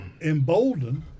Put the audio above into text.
emboldened